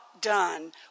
done